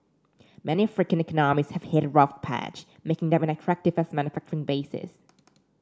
many African economies have hit a rough patch making them unattractive as manufacturing bases